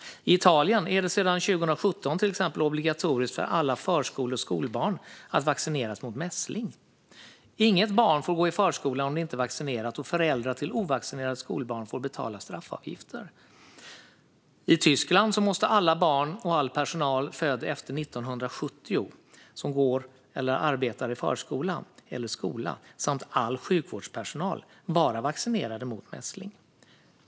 I Italien är det sedan 2017 obligatoriskt för alla förskole och skolbarn att vaccineras mot mässling. Inget barn får gå i förskolan om det inte är vaccinerat, och föräldrar till ovaccinerade skolbarn får betala straffavgifter. I Tyskland måste alla barn som går i förskolan och all personal född efter 1970 som arbetar i förskolan eller skolan samt all sjukvårdspersonal vara vaccinerade mot mässling.